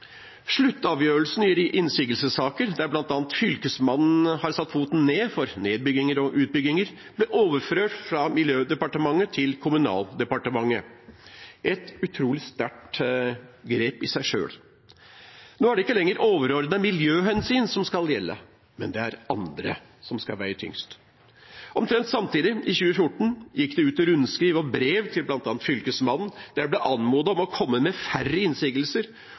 i innsigelsessaker, der bl.a. Fylkesmannen har satt foten ned for nedbygginger og utbygginger, ble overført fra Miljødepartementet til Kommunaldepartementet – et utrolig sterkt grep i seg selv. Nå er det ikke lenger overordnede miljøhensyn som skal gjelde, det er andre som skal veie tyngst. Omtrent samtidig, i 2014, gikk det ut rundskriv og brev til bl.a. Fylkesmannen, der det ble anmodet om å komme med færre innsigelser